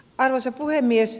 arvoisa puhemies